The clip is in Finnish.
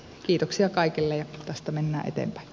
kiitoksia kaikille ja tästä mennään eteenpäin